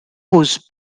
posent